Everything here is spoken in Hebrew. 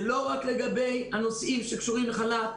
זה לא רק לגבי הנושאים שקשורים לחל"ת,